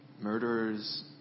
murderers